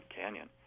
Canyon